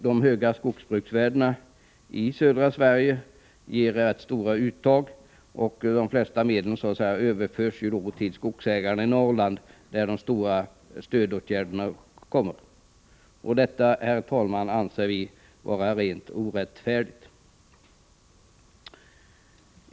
De höga skogsbruksvärdena i södra Sverige ger rätt stora uttag, och de flesta medlen överförs då till skogsägarna i Norrland, där de omfattande stödåtgärderna sätts in. Detta anser vi vara rent orättfärdigt.